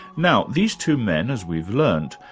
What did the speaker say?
now these two men, as we've learnt,